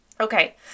Okay